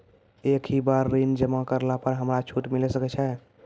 एक ही बार ऋण जमा करला पर हमरा छूट मिले सकय छै?